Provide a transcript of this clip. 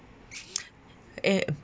eh